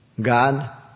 God